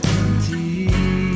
empty